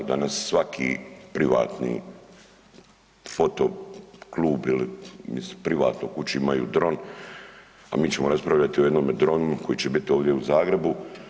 Danas svaki privatni fotoklub ili privatno u kući ima dron, a mi ćemo raspravljati o jednome dronu koji će biti ovdje u Zagrebu.